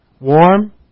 Warm